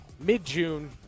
mid-june